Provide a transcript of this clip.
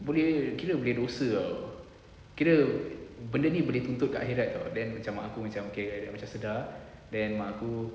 boleh kira boleh dosa [tau] kira benda ni boleh tuntut kat akhirat [tau] then macam mak aku macam okay macam sedar then mak aku